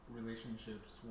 relationships